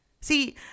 See